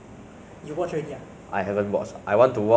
newest train to busan movie than regret